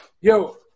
Yo